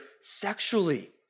sexually